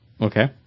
Okay